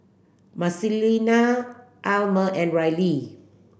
Marcelina Almer and Rylee